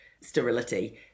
sterility